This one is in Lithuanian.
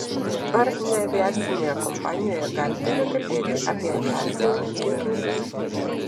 ar neaviacinėje kompanijoje galite nekalbėti apie aviaciją kiek ilgai